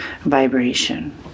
vibration